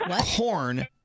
corn